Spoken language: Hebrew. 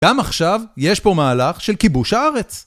גם עכשיו יש פה מהלך של כיבוש הארץ.